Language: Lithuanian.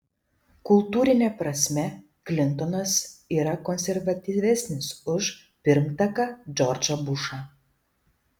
kultūrine prasme klintonas yra konservatyvesnis už pirmtaką džordžą bušą